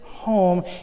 home